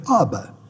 Abba